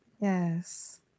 Yes